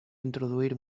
introduir